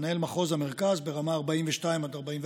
מנהל מחוז המרכז ברמה 42 44,